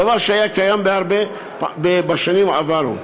זה דבר שהיה קיים בשנים עברו.